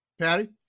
Patty